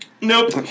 Nope